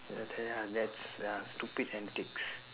that's ah stupid antics